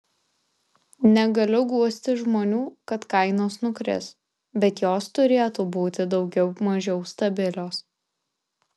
negaliu guosti žmonių kad kainos nukris bet jos turėtų būti daugiau mažiau stabilios